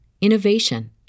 innovation